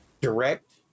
direct